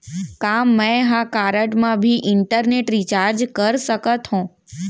का मैं ह कारड मा भी इंटरनेट रिचार्ज कर सकथो